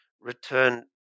return